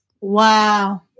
wow